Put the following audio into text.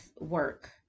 work